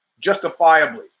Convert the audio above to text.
justifiably